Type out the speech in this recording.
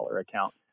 account